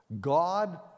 God